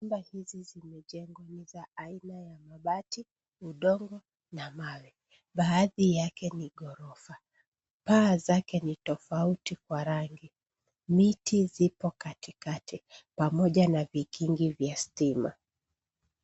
Nyumba hizi zimejengwa ni za aina ya mabati, udongo na mawe. Baadhi yake ni ghorofa. Paa zake ni tofauti kwa rangi. Miti zipo katikati pamoja na vikingi vya stima.